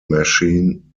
machine